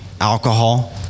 alcohol